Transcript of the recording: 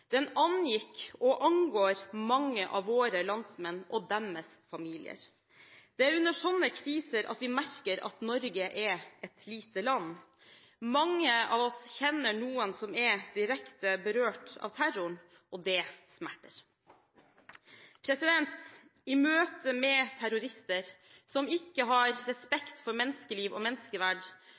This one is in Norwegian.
Den angikk – og angår – mange av våre landsmenn og deres familier. Det er under slike kriser at vi merker at Norge er et lite land. Mange av oss kjenner noen som er direkte berørt av terroren, og det smerter. I møte med terrorister, som ikke har respekt for menneskeliv og menneskeverd,